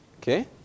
Okay